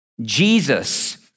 Jesus